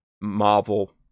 marvel